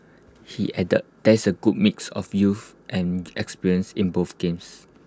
he added there is A good mix of youth and experience in both games